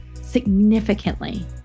significantly